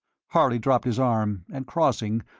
harley dropped his arm, and crossing,